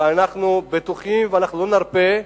ואנחנו בטוחים, ואנחנו לא נרפה,